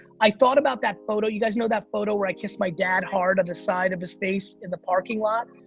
i thought about that photo, you guys know that photo where i kiss my dad hard on the side of his face in the parking lot,